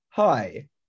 Hi